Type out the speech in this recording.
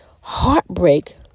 heartbreak